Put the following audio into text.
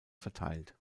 verteilt